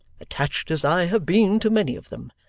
attached as i have been to many of them,